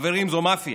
חברים, זו מאפיה.